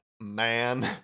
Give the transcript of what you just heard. man